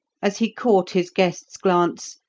as he caught his guest's glance,